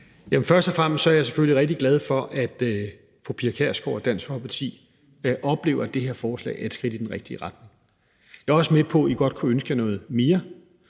Først og fremmest er jeg selvfølgelig rigtig glad for, at fru Pia Kjærsgaard og Dansk Folkeparti oplever, at det her forslag er et skridt i den rigtige retning. Jeg er også med på, at I godt kunne ønske jer noget mere,